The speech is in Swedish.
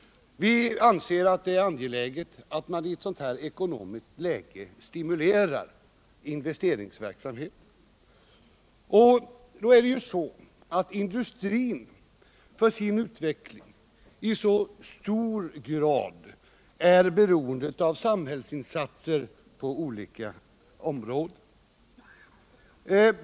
Vi anser att det är angeläget att man i ett sådant här ekonomiskt läge stimulerar investeringsverksamheten. Industrin är för sin utveckling i hög grad beroende av samhällsinsatser på olika områden.